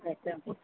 अच्छा